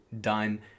done